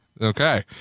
Okay